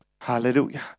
Hallelujah